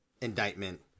indictment